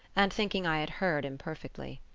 and thinking i had heard imperfectly.